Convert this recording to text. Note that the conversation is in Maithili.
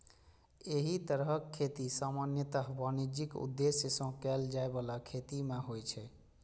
एहि तरहक खेती सामान्यतः वाणिज्यिक उद्देश्य सं कैल जाइ बला खेती मे होइ छै